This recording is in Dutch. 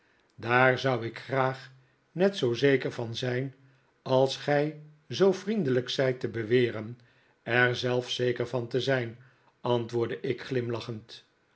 daar zou ik graag net zoo zeker van zijn als gij zoo vriendelijk zijt te beweren er zelf zeker van te zijn antwoordde ik glimlachend